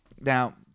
Now